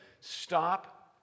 stop